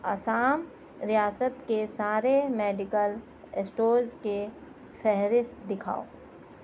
آسام ریاست کے سارے میڈیکل اسٹورز کے فہرست دکھاؤ